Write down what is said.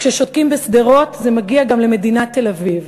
כששותקים בשדרות זה מגיע גם למדינת תל-אביב.